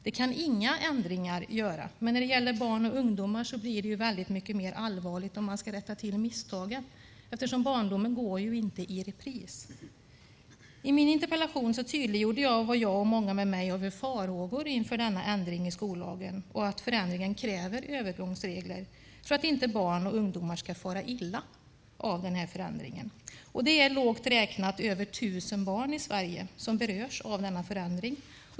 Inga ändringar kan hastas fram, men när det gäller barn och ungdomar blir det mycket mer allvarligt om man ska rätta till misstagen eftersom barndomen inte går i repris. I min interpellation tydliggjorde jag vilka farhågor jag och många med mig har inför denna ändring i skollagen och att förändringen kräver övergångsregler för att inte barn och ungdomar ska fara illa av den här förändringen. Det är lågt räknat över 1 000 barn i Sverige som berörs av denna förändring.